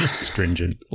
stringent